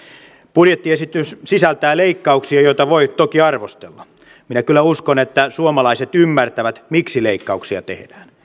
budjettiesitys sisältää leikkauksia joita voi toki arvostella minä kyllä uskon että suomalaiset ymmärtävät miksi leikkauksia tehdään